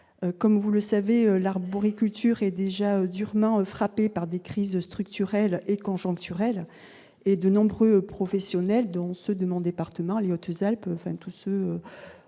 Comme vous le savez, l'arboriculture est déjà durement frappée par des crises structurelles et conjoncturelles et de nombreux professionnels, dont ceux des Hautes-Alpes ou des